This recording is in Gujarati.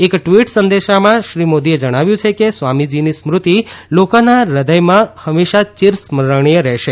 એક ટવીટ સંદેશામાં શ્રી નરેન્દ્ર મોદીએ જણાવ્યું કે સ્વામીજીની સ્મૃતિ લોકોના હૃદયમાં હમેશાં ચિર સ્મરણીય રહેશે